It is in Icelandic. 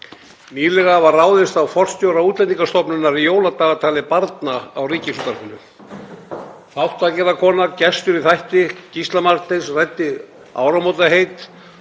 Nýlega var ráðist á forstjóra Útlendingastofnunar í jóladagatali barna á Ríkisútvarpinu. Þáttagerðarkona, gestur í þætti Gísla Marteins, ræddi áramótaheit